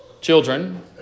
children